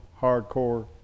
hardcore